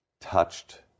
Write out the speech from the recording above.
touched